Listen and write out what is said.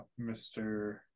Mr